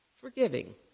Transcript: forgiving